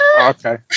Okay